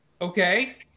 Okay